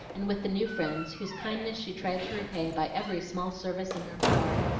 and with the new friends, whose kindness she tried to repay by every small service in her power,